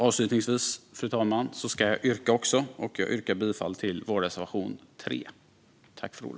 Avslutningsvis, fru talman, vill jag yrka bifall till vår reservation 3.